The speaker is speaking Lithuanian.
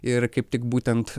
ir kaip tik būtent